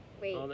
wait